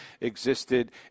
existed